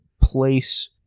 place